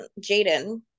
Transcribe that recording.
Jaden